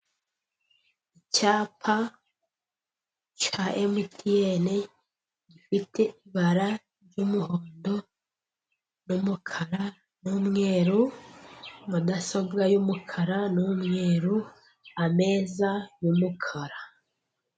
Icyapa cya mtn gifite ibara ry'umuhondo n'umukara n'umweru ,mudasobwa y'umukara n'umweru ameza y'umukara.